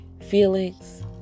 feelings